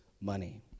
money